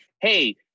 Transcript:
hey